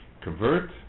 Convert